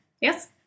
Yes